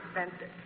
expensive